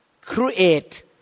create